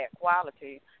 quality